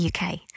UK